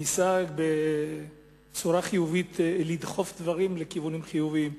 ניסה לדחוף דברים בצורה חיובית ולכיוונים חיוביים,